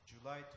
July